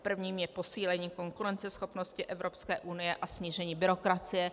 Prvním je posílení konkurenceschopnosti Evropské unie a snížení byrokracie.